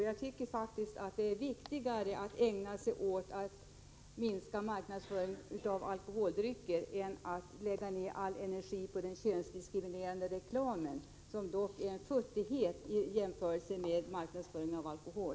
Jag tycker att det är viktigare att ägna sig åt att minska marknadsföringen av alkoholdrycker än att lägga ned energi på den könsdiskriminerande reklamen, som är en futtighet i jämförelse med marknadsföringen av alkohol.